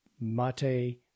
Mate